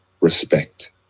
Respect